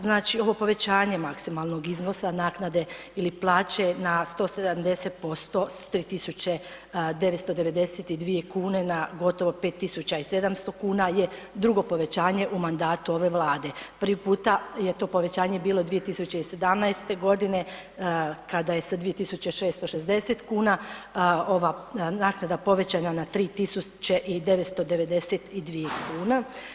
Znači ovo povećanje maksimalnog iznosa naknade ili plaće na 170% s 3.992 kune na gotovo 5.700 kuna je drugo povećanje u mandatu ove Vlade, prvi puta je to povećanje bilo 2017. godine kada je sa 2.660 kuna ova naknada povećana na 3.992 kune.